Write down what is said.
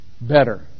better